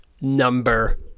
number